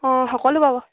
অঁ সকলো পাব